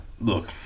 Look